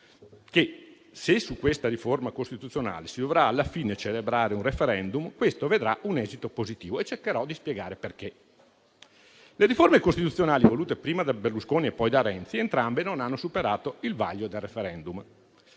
che, se su questa riforma costituzionale si dovrà alla fine celebrare un *referendum*, questo vedrà un esito positivo. Cercherò di spiegare perché. Entrambe le riforme costituzionali volute prima da Berlusconi e poi da Renzi non hanno superato il vaglio del *referendum*.